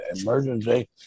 emergency